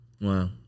Wow